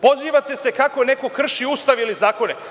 Pozivate se kako neko krši Ustav ili zakone.